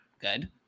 good